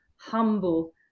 humble